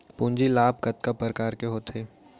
पूंजी लाभ कतना प्रकार के होथे?